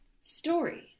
Story